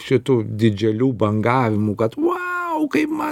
šitų didželių bangavimų kad uau kaip man